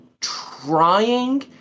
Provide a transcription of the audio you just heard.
trying